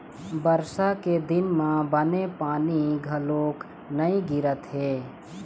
बरसा के दिन म बने पानी घलोक नइ गिरत हे